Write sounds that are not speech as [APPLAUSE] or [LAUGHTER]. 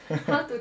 [LAUGHS]